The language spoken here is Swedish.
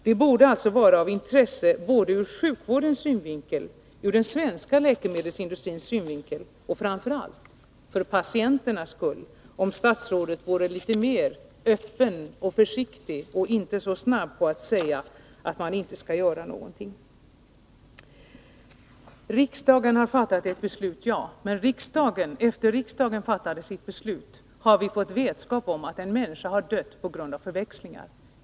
Det borde alltså vara av värde både för sjukvården, för den svenska läkemedelsindustrin och framför allt för patienterna om statsrådet vore litet mer öppen och försiktig och inte så snabb att säga att man inte skall göra någonting. Riksdagen har fattat ett beslut. Ja, men efter det att riksdagen fattade sitt beslut har vi fått vetskap om att en människa har dött på grund av läkemedelsförväxling.